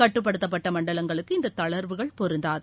கட்டுப்படுத்தப்பட்ட மண்டலங்களுக்கு இந்த தளர்வுகள் பொருந்தாது